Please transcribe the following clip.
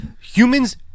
Humans